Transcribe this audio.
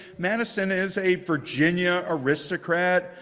madison is a virginia aristocrat.